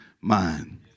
mind